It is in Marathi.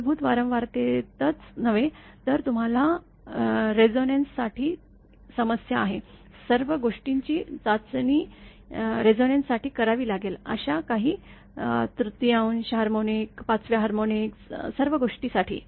मूलभूत वारंवारतेतच नव्हे तर तुम्हाला रेझोनन्स साठी समस्या आहे सर्व गोष्टींची चाचनी रेझोनन्स साठी करावी लागेल अशा काही तृतीयांश हार्मोनिक पाचव्या हार्मोनिक सर्व गोष्टी साठी